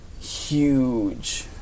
huge